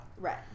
Right